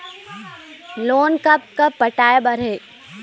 Loan कब कब पटाए बर हे?